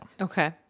Okay